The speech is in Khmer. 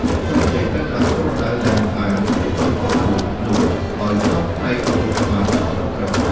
កូនចេកត្រូវដាំក្នុងរណ្តៅដែលបានរៀបចំទុករួចនោះ ដោយកប់ផ្នែកគល់ឱ្យបានជិតត្រឹមត្រូវ។